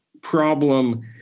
problem